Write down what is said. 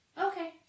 Okay